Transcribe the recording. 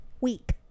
week